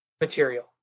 material